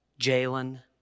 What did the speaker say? Jalen